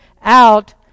out